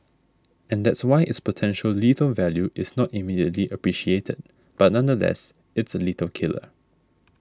and that's why its potential lethal value is not immediately appreciated but nonetheless it's a lethal killer